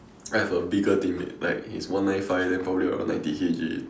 I have a bigger teammate like he's one nine five then probably about ninety K_G